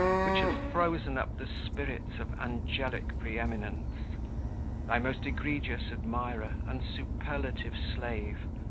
which hath frozen up the spirits of angelic pre-eminence thy most egregious admirer and superlative slave,